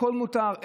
הכול מותר,